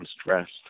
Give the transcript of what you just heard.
stressed